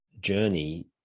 journey